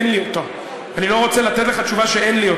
אני לא רוצה לתת לך תשובה שאין לי.